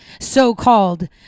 so-called